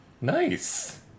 Nice